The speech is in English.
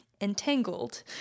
entangled